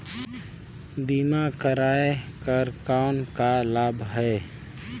बीमा कराय कर कौन का लाभ है?